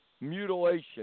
Mutilation